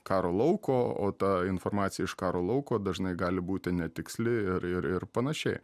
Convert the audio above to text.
karo lauko o ta informacija iš karo lauko dažnai gali būti netiksli ir ir ir panašiai